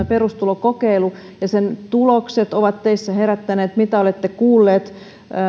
perustulokokeilu ja sen tulokset ovat teissä herättäneet mitä olette kuulleet